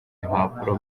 impapuro